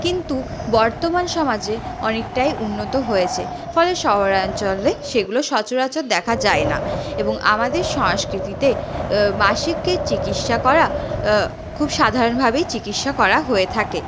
কিন্তু বর্তমান সমাজে অনেকটাই উন্নত হয়েছে ফলে শহরাঞ্চলে সেগুলো সচরাচর দেখা যায় না এবং আমাদের সংস্কৃতিতে মাসিকের চিকিৎসা করা খুব সাধারণভাবেই চিকিৎসা করা হয়ে থাকে